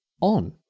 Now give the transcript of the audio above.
on